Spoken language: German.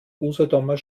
usedomer